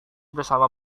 bersama